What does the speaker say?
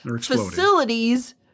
facilities